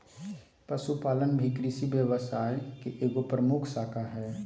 पशुपालन भी कृषि व्यवसाय के एगो प्रमुख शाखा हइ